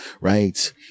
right